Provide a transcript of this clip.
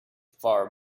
far